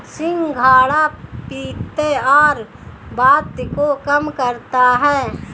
सिंघाड़ा पित्त और वात को कम करता है